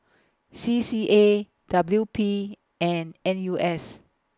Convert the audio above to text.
C C A W P and N U S